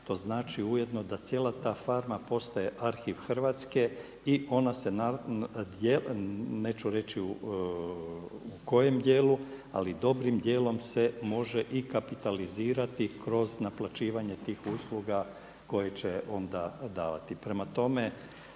to znači ujedno da cijela ta farma postaje arhiv Hrvatske i ona se, neću reći u kojem dijelu, ali dobrim dijelom se može i kapitalizirati kroz naplaćivanje tih usluga koje će onda davati.